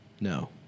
No